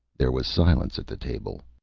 there was silence at the table.